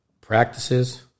practices